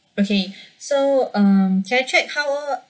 okay so um can I check how old